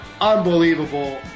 unbelievable